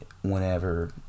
whenever